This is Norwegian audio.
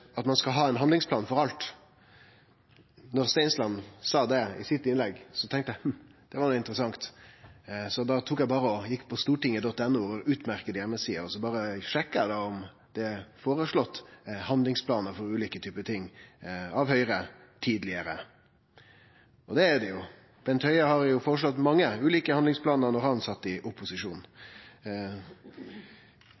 at ein skal ha ein handlingsplan for alt, tenkte eg: Det var interessant! Så eg gjekk inn på stortinget.no – utmerkt heimeside – og sjekka om det var føreslått handlingsplanar for ulike ting av Høgre tidlegare. Det var det. Bent Høie føreslo mange ulike handlingsplanar medan han sat i opposisjon. Det er ikkje mogleg for meg å gå igjennom heile lista her, men mot sjølvskading og sjølvmord ønskte han ein handlingsplan i